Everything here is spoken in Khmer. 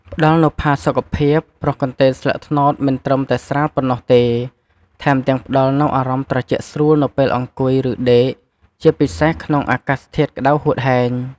ផ្ដល់នូវផាសុខភាព ព្រោះកន្ទេលស្លឹកត្នោតមិនត្រឹមតែស្រាលប៉ុណ្ណោះទេ ថែមទាំងផ្តល់នូវអារម្មណ៍ត្រជាក់ស្រួលនៅពេលអង្គុយ ឬដេក ជាពិសេសក្នុងអាកាសធាតុក្តៅហួតហែង។